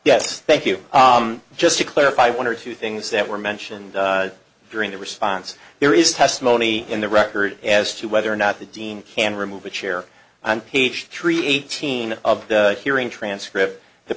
yes thank you just to clarify one or two things that were mentioned during the response there is testimony in the record as to whether or not the dean can remove a chair and peach tree eighteen of the hearing transcript the